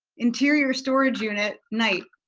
interior storage unit, night.